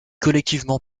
collectivement